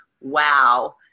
wow